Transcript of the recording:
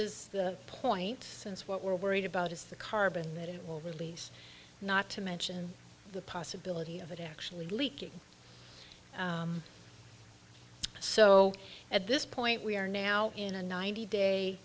es the point since what we're worried about is the carbon that it will release not to mention the possibility of it actually leaking so at this point we are now in a ninety day